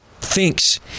thinks